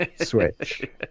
switch